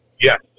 Yes